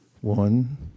One